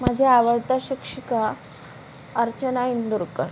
माझ्या आवडत्या शिक्षिका अर्चना इंदुरकर